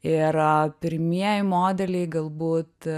ir pirmieji modeliai galbūt